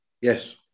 Yes